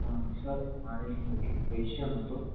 sir મારે એક question હતો